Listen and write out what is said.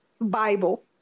Bible